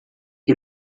que